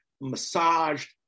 massaged